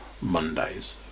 Mondays